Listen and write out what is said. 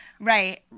Right